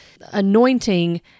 anointing